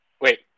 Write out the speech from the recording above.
wait